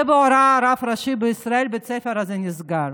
ובהוראת הרב הראשי לישראל בית הספר הזה נסגר.